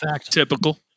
Typical